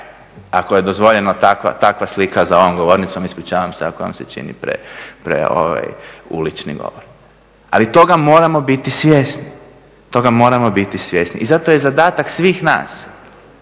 ako je dozvoljeno takva slika za ovom govornicom. Ispričavam se ako vam se čini pre ulični govor. Ali toga moramo biti svjesni, toga moramo biti